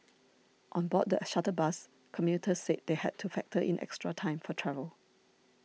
on board the shuttle bus commuters said they had to factor in extra time for travel